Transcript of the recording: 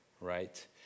right